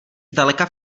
zdaleka